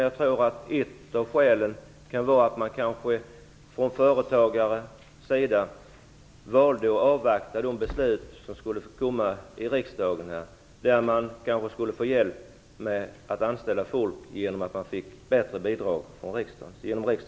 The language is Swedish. Jag tror att ett av skälen var att företagare valde att avvakta de beslut som skulle komma i riksdagen, som kunde innebära att de fick hjälp med att anställa folk genom bättre bidrag.